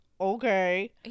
okay